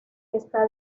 está